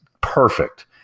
perfect